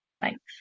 Thanks